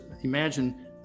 imagine